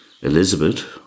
Elizabeth